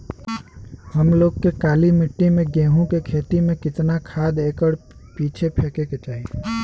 हम लोग के काली मिट्टी में गेहूँ के खेती में कितना खाद एकड़ पीछे फेके के चाही?